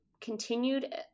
continued